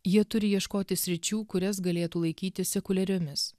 jie turi ieškoti sričių kurias galėtų laikyti sekuliariomis